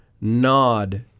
nod